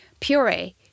puree